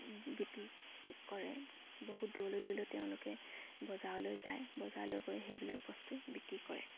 বিক্ৰী কৰে বহুত দূৰলৈ দূৰলৈ তেওঁলোকে বজাৰলৈ যায় বজাৰলৈ গৈ সেইবিলাক বস্তু বিক্ৰী কৰে